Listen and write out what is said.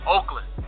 Oakland